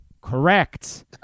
Correct